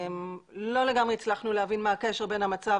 לא לגמרי הצלחנו להבין מה הקשר בין המצב